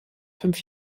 fünf